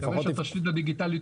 קודמיי דיברו